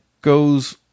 goes